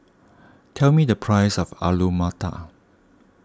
tell me the price of Alu Matar